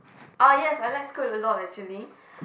ah yes I like school a lot actually